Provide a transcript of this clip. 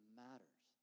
matters